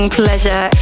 pleasure